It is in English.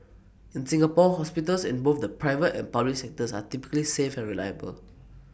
in Singapore hospitals in both the private and public sectors are typically safe and reliable